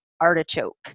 artichoke